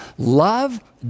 Love